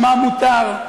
שמם מותר,